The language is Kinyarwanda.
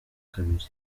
kabiri